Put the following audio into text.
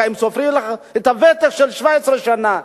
האם סופרים לך את הוותק של 17 שנה?